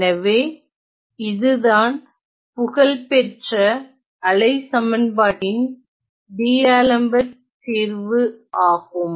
எனவே இதுதான் புகழ்பெற்ற அலை சமன்பாட்டின் டி அலெம்பர்ட் தீர்வு ஆகும்